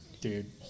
Dude